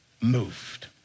moved